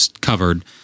covered